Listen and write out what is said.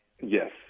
yes